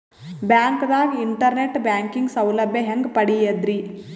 ಬ್ಯಾಂಕ್ದಾಗ internet banking ಸೌಲಭ್ಯ ಹೆಂಗ್ ಪಡಿಯದ್ರಿ?